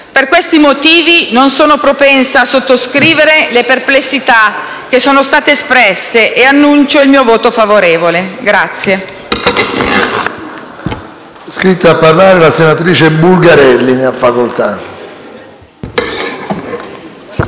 Per questi motivi, non sono propensa a sottoscrivere le perplessità che sono state espresse e annuncio il mio voto favorevole.